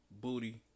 booty